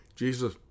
Jesus